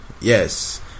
Yes